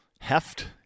Heft